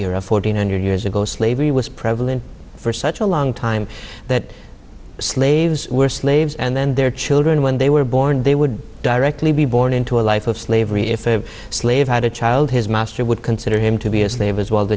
era fourteen hundred years ago slavery was prevalent for such a long time that slaves were slaves and then their children when they were born they would directly be born into a life of slavery if a slave had a child his master would consider him to be a slave as well